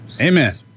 Amen